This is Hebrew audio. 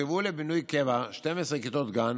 תוקצבו לבינוי קבע 12 כיתות גן